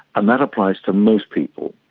and that applies to most people.